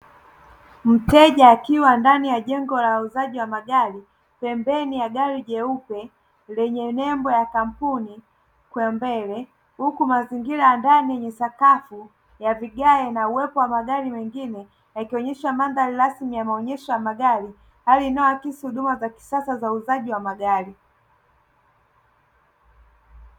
Mteja akiwa ndani ya jengo la uuzaji wa magari, pembeni ya gari jeupe lenye nembo ya kampuni kwa mbele; huku mazingira ya ndani yenye sakafu ya vigae na uwepo wa magari mengine yakionyesha mandhari rasmi ya maonyesho ya magari, hali inayoakisi huduma ya kisasa ya uuzaji wa magari.